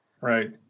Right